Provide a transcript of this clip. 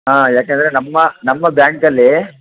ಹಾಂ ಯಾಕೆಂದ್ರೆ ನಮ್ಮ ನಮ್ಮ ಬ್ಯಾಂಕಲ್ಲಿ